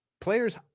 players